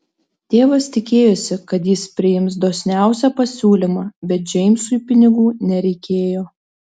tėvas tikėjosi kad jis priims dosniausią pasiūlymą bet džeimsui pinigų nereikėjo